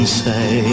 say